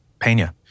Pena